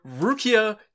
Rukia